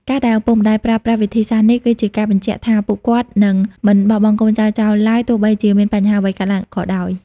ការដែលឪពុកម្ដាយប្រើប្រាស់វិធីសាស្រ្តនេះ គឺជាការបញ្ជាក់ថាពួកគាត់នឹងមិនបោះបង់កូនចៅចោលឡើយ ទោះបីជាមានបញ្ហាអ្វីកើតឡើងក៏ដោយ។